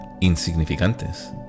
insignificantes